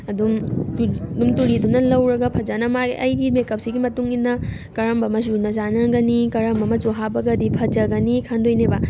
ꯑꯗꯨꯝ ꯇꯨꯔꯤꯗꯨꯅ ꯂꯧꯔꯒ ꯐꯖꯅ ꯃꯥꯏ ꯑꯩꯒꯤ ꯃꯦꯀꯞꯁꯤꯒꯤ ꯃꯇꯨꯡ ꯏꯟꯅ ꯀꯔꯝꯕ ꯃꯆꯨꯅ ꯆꯥꯟꯅꯒꯅꯤ ꯀꯔꯝꯕ ꯃꯆꯨ ꯍꯥꯞꯄꯒꯗꯤ ꯐꯖꯒꯅꯤ ꯈꯟꯗꯣꯏꯅꯦꯕ